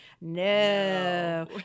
No